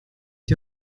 die